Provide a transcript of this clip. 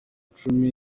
icumi